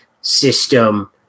system